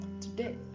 today